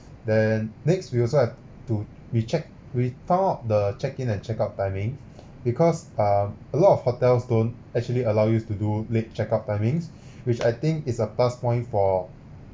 then next we also have to we check we found out the check in and check out timing because um a lot of hotels don't actually allows you to do late check out timing which I think is a plus point for